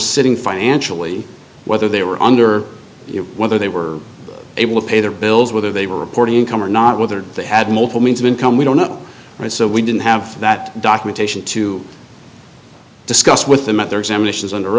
sitting financially whether they were under whether they were able to pay their bills whether they were reporting income or not whether they had multiple means of income we don't know and so we didn't have that documentation to discussed with them at their examinations under